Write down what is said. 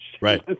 Right